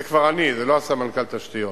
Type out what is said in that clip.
זה כבר אני, זה לא סמנכ"ל תשתיות,